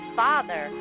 father